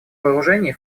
вооружений